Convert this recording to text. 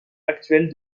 actuel